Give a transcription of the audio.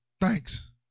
Thanks